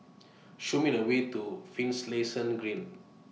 Show Me The Way to Green